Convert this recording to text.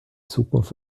zukunft